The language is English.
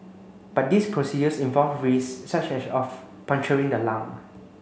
but these procedures involve risks such as of puncturing the lung